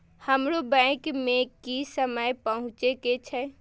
हमरो बैंक में की समय पहुँचे के छै?